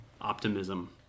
optimism